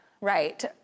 Right